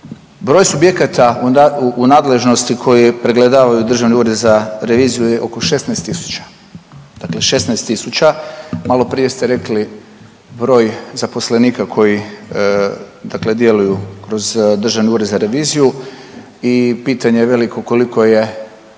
broj subjekata u nadležnosti koji pregledavaju Državni ured za reviziju je oko 16000. Dakle, 16000. Malo prije ste rekli broj zaposlenika koji, dakle djeluju kroz Državni ured za reviziju i pitanje veliko koliko je